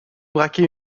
braquer